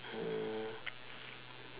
mm